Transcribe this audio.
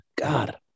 God